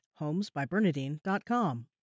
homesbybernadine.com